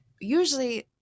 usually